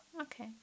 Okay